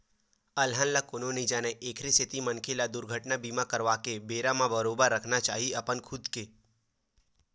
अलहन ल कोनो नइ जानय एखरे सेती मनखे ल दुरघटना बीमा करवाके बेरा म बरोबर रखना चाही अपन खुद के